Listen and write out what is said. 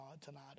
tonight